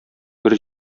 бер